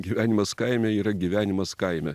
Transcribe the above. gyvenimas kaime yra gyvenimas kaime